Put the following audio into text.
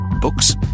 Books